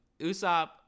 usopp